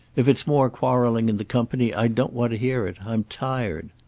if it's more quarreling in the company i don't want to hear it. i'm tired.